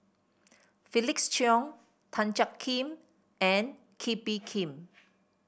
Felix Cheong Tan Jiak Kim and Kee Bee Khim